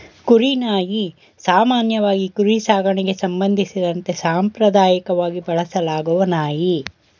ಕುರಿ ನಾಯಿ ಸಾಮಾನ್ಯವಾಗಿ ಕುರಿ ಸಾಕಣೆಗೆ ಸಂಬಂಧಿಸಿದಂತೆ ಸಾಂಪ್ರದಾಯಕವಾಗಿ ಬಳಸಲಾಗುವ ನಾಯಿ